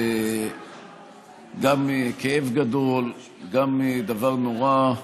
זה גם כאב גדול, גם דבר נורא.